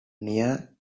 near